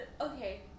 okay